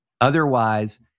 Otherwise